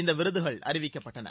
இந்த விருதுகள் அறிவிக்கப்பட்டன